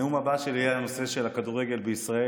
הנאום הבא שלי יהיה על הנושא של הכדורגל בישראל